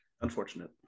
unfortunate